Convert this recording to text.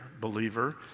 believer